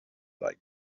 like